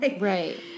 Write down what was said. right